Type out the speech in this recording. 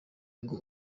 ngo